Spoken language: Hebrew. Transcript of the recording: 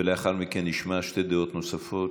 ולאחר מכן נשמע שתי דעות נוספות,